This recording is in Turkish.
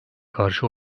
karşı